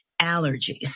allergies